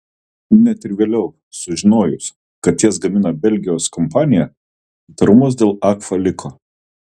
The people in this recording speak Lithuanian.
net ir vėliau sužinojus kad jas gamina belgijos kompanija įtarumas dėl agfa liko